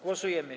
Głosujemy.